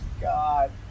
God